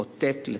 חוטאת לתפקידה.